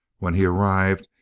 when he arrived,